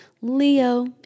Leo